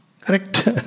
Correct